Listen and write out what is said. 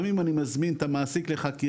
גם אם אני מזמין את המעסיק לחקירה,